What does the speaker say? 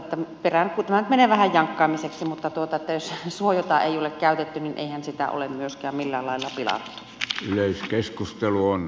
tämä menee nyt vähän jankkaamiseksi mutta jos suota ei ole käytetty niin eihän sitä ole myöskään millään lailla pilattu